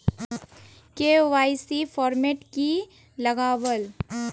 KYC format की लगावल?